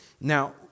Now